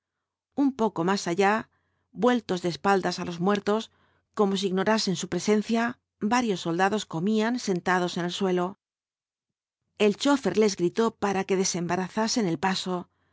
un poco más allá vueltos de espaldas á los muertos como si ignorasen su presencia varios soldados comían sentados en el suelo él chófer les gritó para que desembarazasen el paso con